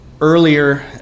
earlier